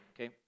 Okay